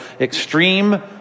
extreme